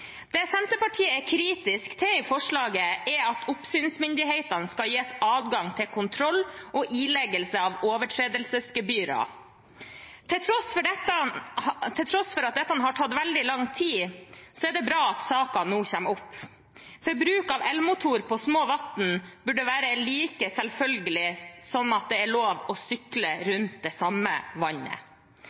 Det Senterpartiet er kritisk til i forslaget, er at oppsynsmyndighetene skal gis adgang til kontroll og ileggelse av overtredelsesgebyrer. Til tross for at dette har tatt veldig lang tid, er det bra at saken nå kommer opp, for bruk av elmotor på små vann burde være like selvfølgelig som at det er lov å sykle rundt det samme vannet.